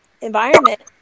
environment